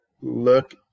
look